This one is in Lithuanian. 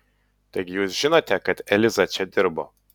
taigi jūs žinote kad eliza čia dirbo